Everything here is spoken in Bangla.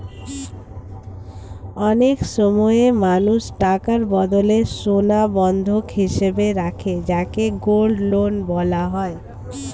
অনেক সময় মানুষ টাকার বদলে সোনা বন্ধক হিসেবে রাখে যাকে গোল্ড লোন বলা হয়